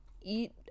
eat